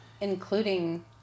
Including